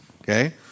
okay